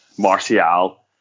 Martial